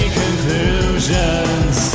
conclusions